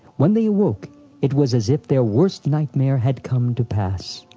when they awoke it was as if their worst nightmare had come to pass.